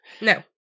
No